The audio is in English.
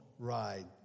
ride